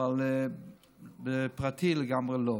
אבל פרטי, לגמרי לא.